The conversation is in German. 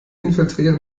infiltrieren